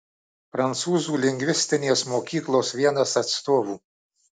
prancūzų lingvistinės mokyklos vienas atstovų